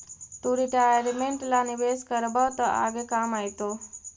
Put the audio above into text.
तु रिटायरमेंट ला निवेश करबअ त आगे काम आएतो